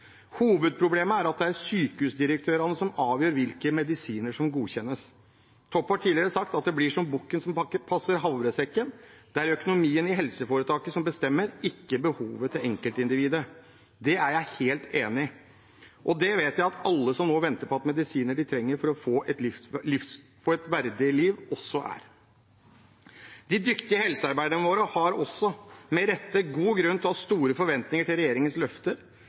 Hovedproblemet er at det er sykehusdirektørene som avgjør hvilke medisiner som godkjennes. Toppe har tidligere sagt at det blir som bukken som passer havresekken. Det er økonomien i helseforetaket som bestemmer, ikke behovet til enkeltindividet. Det er jeg helt enig i, og det vet jeg at alle som nå venter på medisiner de trenger for å få et verdig liv, også er. De dyktige helsearbeiderne våre har også – med rette – god grunn til å ha store forventninger til regjeringens løfter.